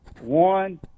One